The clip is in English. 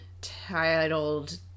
titled